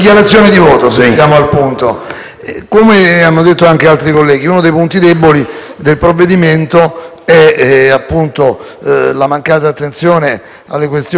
come hanno detto anche altri colleghi, uno dei punti deboli del provvedimento è la mancata attenzione alla questione dei trasporti.